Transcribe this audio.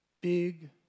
big